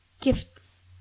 Gifts